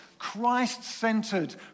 Christ-centered